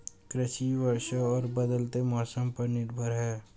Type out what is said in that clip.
कृषि वर्षा और बदलते मौसम पर निर्भर है